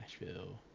nashville